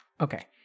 Okay